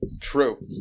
True